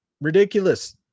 Ridiculous